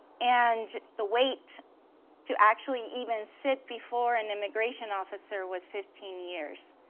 and the wait to actually even sit before an immigration officer was fifteen years.